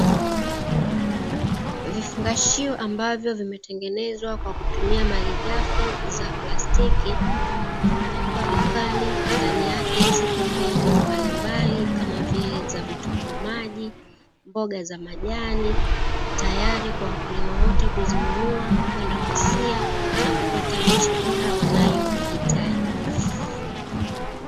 Vifungashio ambavyo vimetengenezwa kwa kutumia malighafi za plastiki, zimewekwa dukani ndani yake zipo mbegu mbalimbali, kama vile za vitunguu maji, mboga za majani; tayari kwa wakulima wote kuzinunua kwenda kusia na kupata miche bora wanayoihitaji.